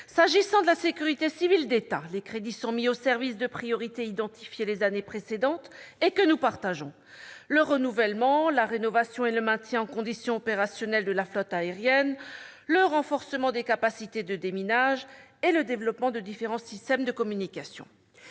S'agissant de la sécurité civile d'État, les crédits sont mis au service de priorités identifiées les années précédentes et que nous partageons : le renouvellement, la rénovation et le maintien en condition opérationnelle de la flotte aérienne ; le renforcement des capacités de déminage ; le développement de différents systèmes de communication.